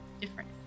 different